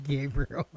Gabriel